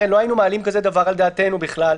הרי לא היינו מעלים דבר כזה על דעתנו בכלל,